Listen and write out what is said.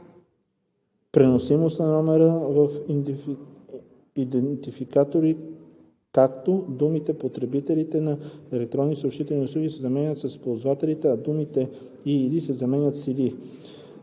преносимост на номера и идентификатори, както“, думите „потребителите на електронни съобщителни услуги“ се заменят с „ползвателите“, а думите „и/или“ се заменят с „или“.